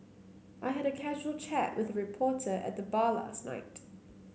I had a casual chat with a reporter at the bar last night